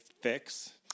fix